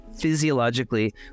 physiologically